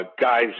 guys